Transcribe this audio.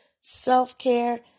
self-care